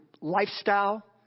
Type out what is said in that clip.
lifestyle